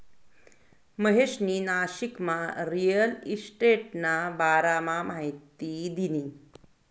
महेशनी नाशिकमा रिअल इशटेटना बारामा माहिती दिनी